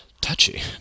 touchy